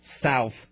south